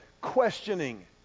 questioning